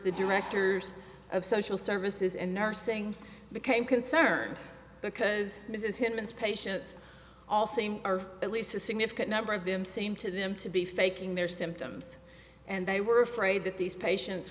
the directors of social services and nursing became concerned because mrs higgins patients all same or at least a significant number of them seem to them to be faking their symptoms and they were afraid that these patien